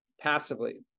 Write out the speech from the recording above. passively